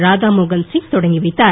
ராதாமோகன் சிங் தொடக்கி வைத்தார்